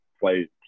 play